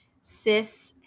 cis